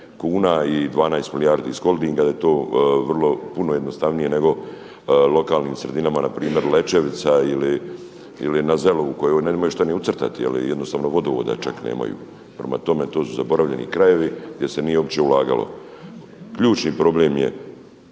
kuna i 12 milijardi iz Holdinga da je to vrlo puno jednostavnije nego lokalnih sredinama, npr. Lećevica ili Nazelu u koju nemaju šta ni ucrtati jer jednostavno vodovoda čak nemaju. Prema tome, to su zaboravljeni krajevi gdje se nije uopće ulagalo. Ključni problem je,